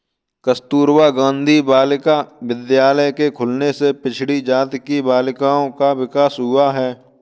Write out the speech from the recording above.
कस्तूरबा गाँधी बालिका विद्यालय के खुलने से पिछड़ी जाति की बालिकाओं का विकास हुआ है